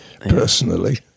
personally